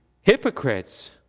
hypocrites